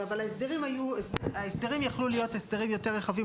אבל ההסדרים יכלו להיות הסדרים יותר רחבים,